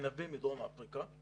ענבים מדרום אפריקה.